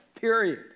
Period